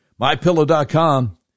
MyPillow.com